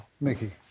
Mickey